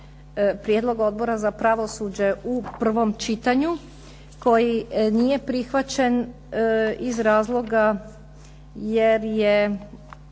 prijedlog Odbora za pravosuđe u prvom čitanju, koji nije prihvaćen iz razloga jer je